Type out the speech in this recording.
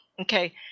Okay